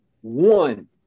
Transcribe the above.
one